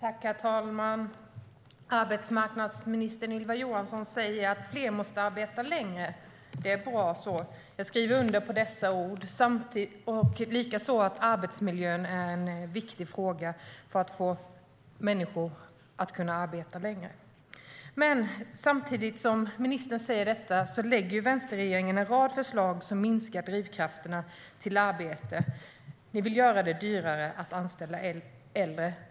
Herr talman! Arbetsmarknadsminister Ylva Johansson säger att fler måste arbeta längre. Det är bra. Jag skriver under på de orden, liksom att arbetsmiljön är en viktig fråga för att människor ska kunna arbeta längre. Men samtidigt som ministern säger detta lägger vänsterregeringen en rad förslag som minskar drivkrafterna till arbete. Ni vill göra det dyrare att anställa äldre.